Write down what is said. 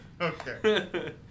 Okay